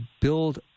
build